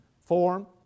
form